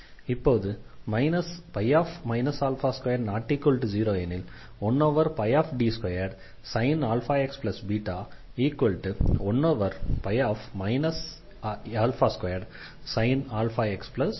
இப்போது 2≠0 எனில் 1ϕsin αxβ 1ϕsin αxβ